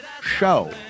show